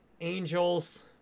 angels